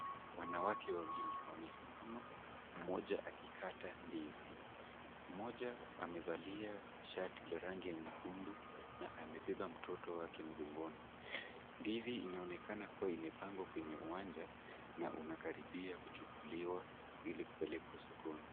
Wanawake wawili wamesimama mmoja akikata ndizi. Mmoja amevalia shati la rangi ya nyekundu na amebeba mtoto wake mgongoni. Ndizi inaonekana kuwa imepangwa kwenye uwanja na unakaribia kuchukuliwa ili kupelekwa sokoni.